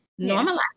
Normalize